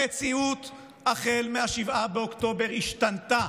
המציאות החל מ-7 באוקטובר השתנתה.